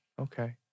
Okay